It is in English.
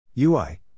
UI